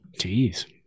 Jeez